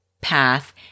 path